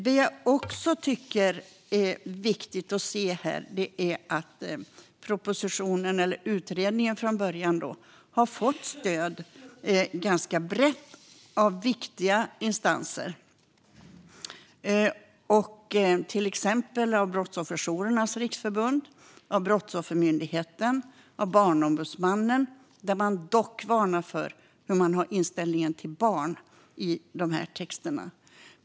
Det är också viktigt att se att utredningen från början och propositionen har fått stöd ganska brett av viktiga instanser. Det gäller till exempel Brottsofferjourernas Riksförbund, Brottsoffermyndigheten och Barnombudsmannen, där man dock varnar för hur man har inställningen till barn i texterna.